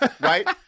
right